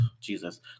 Jesus